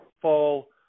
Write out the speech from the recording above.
fall